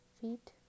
Feet